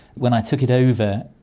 when i took it over,